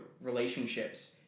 relationships